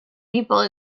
people